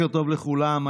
טוב לכולם,